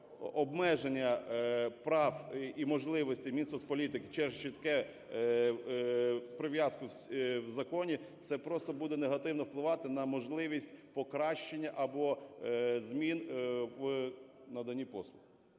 обмеження прав і можливості Мінсоцполітики через чітке… прив'язку в законі – це просто буде негативно впливати на можливість покращання або змін в наданні послуг.